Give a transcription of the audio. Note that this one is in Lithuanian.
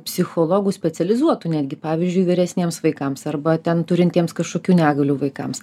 psichologų specializuotų netgi pavyzdžiui vyresniems vaikams arba ten turintiems kažkokių negalių vaikams